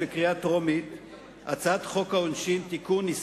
בקריאה טרומית את הצעת חוק העונשין (תיקון,